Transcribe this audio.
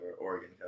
Oregon